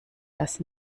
dass